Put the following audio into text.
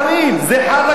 זה חל רק על עובדים.